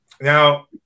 Now